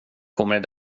kommer